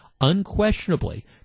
Unquestionably